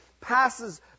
passes